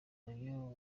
rayon